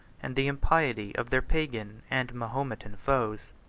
and the impiety of their pagan and mahometan foes.